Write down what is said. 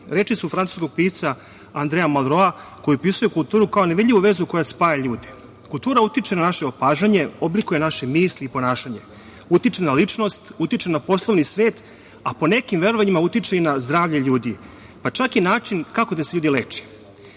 reči su francuskog pisca Andrea Monroa, koji opisuje kulturu kao nevidljivu vezu koja spaja ljude. Kultura utiče na naše opažanje, oblikuje naše misli i ponašanje, utiče na ličnost, utiče na poslovni svet, a po nekim verovanjima utiče i na zdravlje ljudi, pa čak i način kako da se ljudi leče. Mi